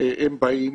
הם באים,